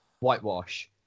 whitewash